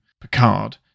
picard